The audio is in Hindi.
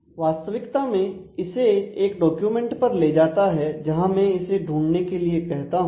वास्तविकता में इसे एक डॉक्यूमेंट पर ले जाता है जहां मैं इसे ढूंढने के लिए कहता हूं